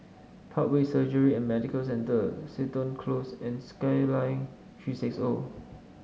Parkway Surgery and Medical Centre Seton Close and Skyline Three six O